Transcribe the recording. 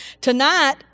Tonight